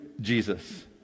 Jesus